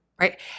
right